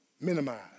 minimize